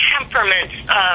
temperaments